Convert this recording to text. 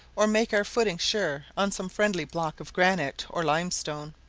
or make our footing sure on some friendly block of granite or limestone.